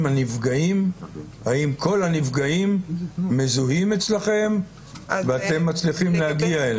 האם כל הנפגעים מזוהים אצלכם ואתם מצליחים להגיע אליהם.